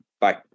Bye